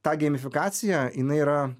ta geimifikacija jinai yra